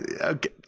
okay